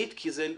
שר הביטחון,